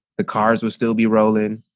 the cars would still be rolling,